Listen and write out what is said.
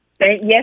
Yes